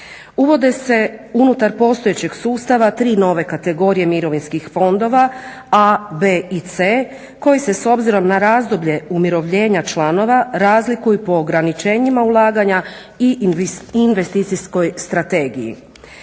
Uvode se unutar postojećeg sustava tri nove kategorije mirovinskih fondova a, b i c koji se s obzirom na razdoblje umirovljenja članova razlikuju po ograničenjima ulaganja i investicijskoj strategiji.